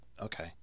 okay